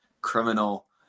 criminal